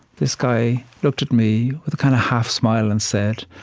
this guy looked at me with a kind of half-smile and said,